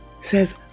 says